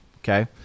Okay